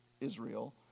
Israel